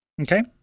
okay